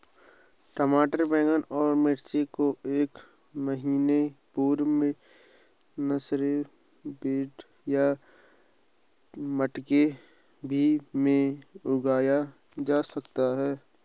टमाटर बैगन और मिर्ची को एक महीना पूर्व में नर्सरी बेड या मटके भी में उगाया जा सकता है